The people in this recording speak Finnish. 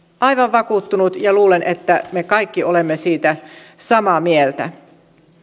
aivan vakuuttunut ja luulen että me kaikki olemme siitä samaa mieltä